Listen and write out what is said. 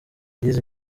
yize